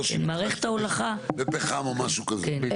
לא שהיא משתמשת בפחם או משהו כזה.